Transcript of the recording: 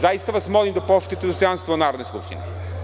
Zaista vas molim da poštujete dostojanstvo Narodne skupštine.